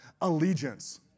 Allegiance